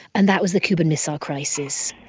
and that was the cuban missile crisis.